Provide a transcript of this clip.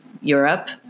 Europe